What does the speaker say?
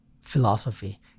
philosophy